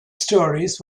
stories